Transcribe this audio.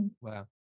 wow